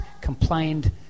complained